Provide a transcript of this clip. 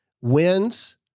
wins